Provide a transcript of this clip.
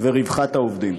וברווחת העובדים.